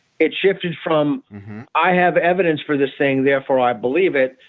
it shifted from i have evidence for this thing, therefore i believe it.